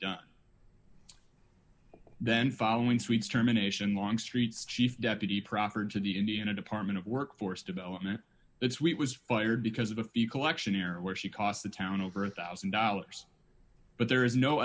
done then following sweets germination longstreet's chief deputy proffered to the indiana department of workforce development its wheat was fired because of a few collection error where she cost the town over a one thousand dollars but there is no